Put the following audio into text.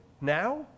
now